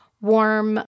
warm